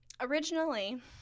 originally